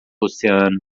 oceano